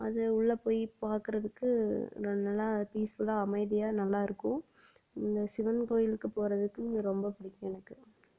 அது உள்ளே போய் பார்க்குறதுக்கு நல்லா பீஸ்புல்லாக அமைதியாக நல்லா இருக்கும் இந்த சிவன் கோயிலுக்கு போகிறதுக்கு ரொம்ப பிடிக்கும் எனக்கு